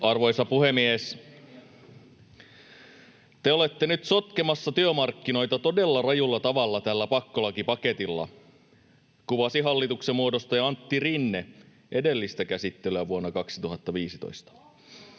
Arvoisa puhemies! ”Te olette nyt sotkemassa työmarkkinoita todella rajulla tavalla tällä pakkolakipaketilla”, kuvasi hallituksenmuodostaja Antti Rinne edellistä käsittelyä vuonna 2015.